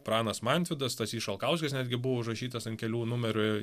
pranas mantvydas stasys šalkauskis netgi buvo užrašytas ant kelių numerių